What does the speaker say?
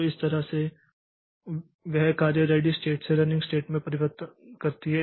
तो इस तरह से वह कार्य रेडी़ स्टेट से रनिंग स्टेट में परिवर्तन करती है